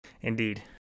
Indeed